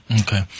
Okay